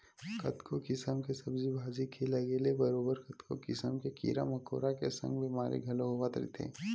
कतको किसम के सब्जी भाजी के लगे ले बरोबर कतको किसम के कीरा मकोरा के संग बेमारी घलो होवत रहिथे